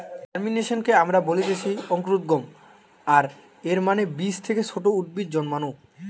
জার্মিনেশনকে আমরা বলতেছি অঙ্কুরোদ্গম, আর এর মানে বীজ থেকে ছোট উদ্ভিদ জন্মানো